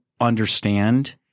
understand